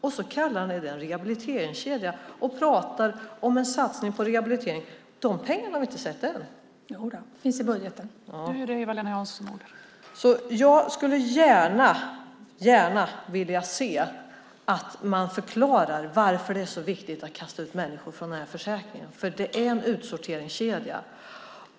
Och så kallar ni det en rehabiliteringskedja och pratar om en satsning på rehabilitering. De pengarna har vi inte sett än. : Jodå, de finns i budgeten.) Jag skulle gärna vilja se att man förklarar varför det är så viktigt att kasta ut människor från den här försäkringen, för det är en utsorteringskedja.